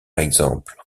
exemple